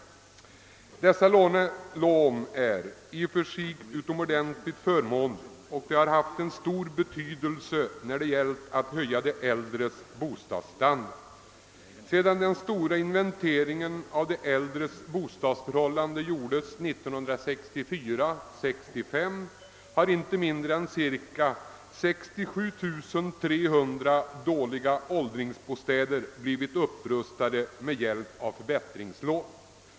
Lånen i fråga är i och för sig utomordentligt förmånliga och har haft stor betydelse då det gällt att höja de äldres bostadsstandard. Sedan den stora inventeringen av de äldres bostadsförhållanden gjordes 1964—1965 har inte mindre än 67 300 dåliga åldringsbostäder blivit upprustade med hjälp av förbättringslån.